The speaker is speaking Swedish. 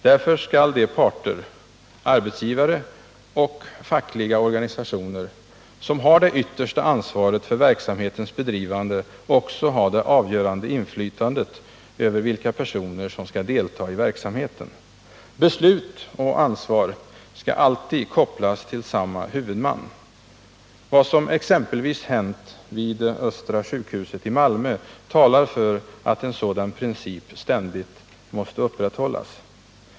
Därför skall de parter — arbetsgivare och fackliga organisationer — som har det yttersta ansvaret för verksamhetens bedrivande också ha det avgörande inflytandet över vilka personer som skall delta i verksamheten. Beslut och ansvar skall alltid kopplas till samma huvudman. Vad som exempelvis hänt vid Östra sjukhuset i Malmö talar för att en sådan princip ständigt måste upprätthållas.